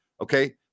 Okay